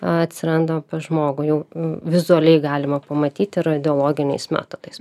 atsiranda pas žmogų jau vizualiai galima pamatyti radiologiniais metodais